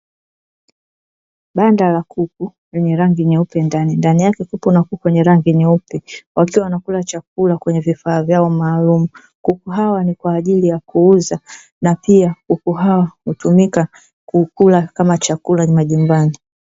Banda la kuku lenye rangi nyeupe ndani, ndani yake kukiwepo na kuku wenye rangi nyeupe; wakiwa wanakula chakula kwenye vifaa vyao maalumu. Kuku hawa ni kwa ajili ya kuuza na pia kuku hawa hutumika kula kama chakula majumbani.